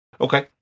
Okay